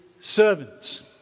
servants